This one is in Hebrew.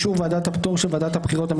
אני רוצה לשאול האם סעיף (1) מוגבל לתקופת הבחירות?